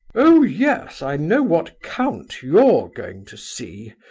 oh, yes i know what count you're going to see!